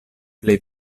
plej